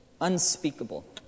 unspeakable